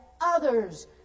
others